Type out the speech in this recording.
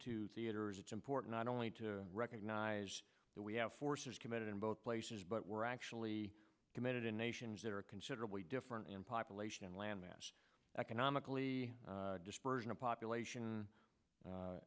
two theaters it's important not only to recognize that we have forces committed in both places but we're actually committed in nations that are considerably different in population and land mass economically dispersion of population